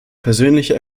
persönliche